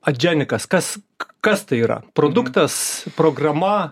adženikas kas kas tai yra produktas programa